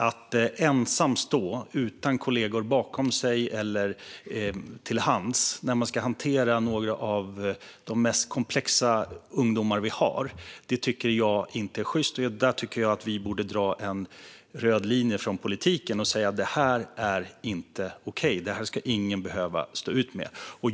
Att man ska stå ensam utan kollegor till hands när man ska hantera några av de mest komplexa ungdomar vi har tycker jag inte är sjyst. Där tycker jag att vi borde dra en röd linje från politikens sida och säga att detta inte är okej.